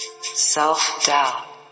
self-doubt